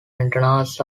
antennas